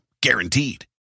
Guaranteed